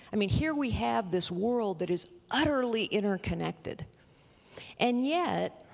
i mean, here we have this world that is utterly interconnected and yet,